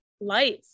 life